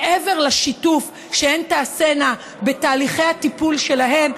מעבר לשיתוף שהן תעשינה בתהליכי הטיפול שלהם.